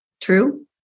True